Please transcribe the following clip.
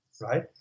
right